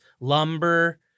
lumber